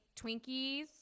Twinkies